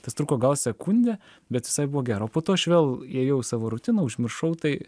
tas truko gal sekundę bet visai buvo gero o po to aš vėl ėjau savo rutina užmiršau tai